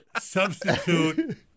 Substitute